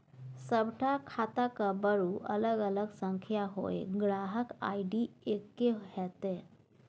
सभटा खाताक बरू अलग अलग संख्या होए ग्राहक आई.डी एक्के हेतै